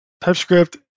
TypeScript